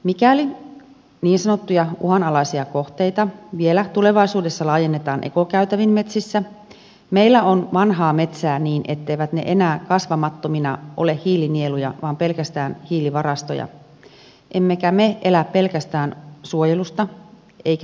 mikäli niin sanottuja uhanalaisia kohteita vielä tulevaisuudessa laajennetaan ekokäytäviin metsissä meillä on vanhaa metsää niin etteivät ne enää kasvamattomina ole hiilinieluja vaan pelkästään hiilivarastoja emmekä me elä pelkästään suojelusta eikä maisema elätä